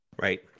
right